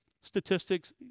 statistics